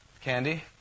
Candy